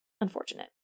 unfortunate